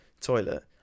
toilet